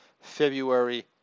February